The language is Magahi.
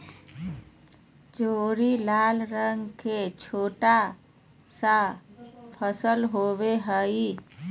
चेरी लाल रंग के छोटा सा फल होबो हइ